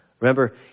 Remember